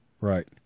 Right